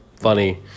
funny